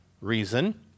reason